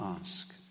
ask